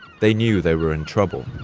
they knew they were in trouble.